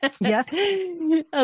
Yes